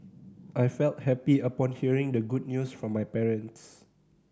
I felt happy upon hearing the good news from my parents